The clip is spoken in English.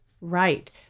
right